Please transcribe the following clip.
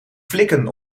flikken